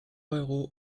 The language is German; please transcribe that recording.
euro